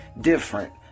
different